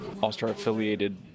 All-Star-affiliated